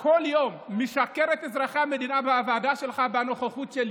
משקר לאזרחי המדינה בוועדה שלך בכל יום בנוכחותי.